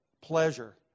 pleasure